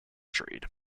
trade